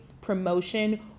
promotion